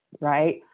right